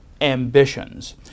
ambitions